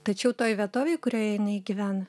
tačiau toj vietovėj kurioj jinai gyvena